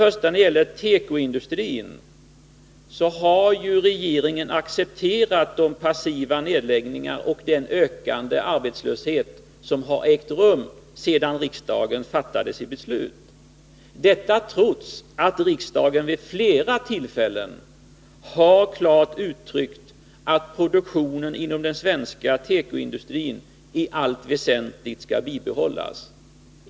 När det gäller tekoindustrin har ju regeringen accepterat de passiva nedläggningar och den ökning av arbetslösheten som ägt rum sedan riksdagen fattade sitt beslut — detta trots att riksdagen vid flera tillfällen klart har uttryckt att produktionen inom den svenska tekoindustrin i allt väsentligt skall bibehållas.